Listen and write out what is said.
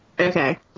Okay